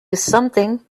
something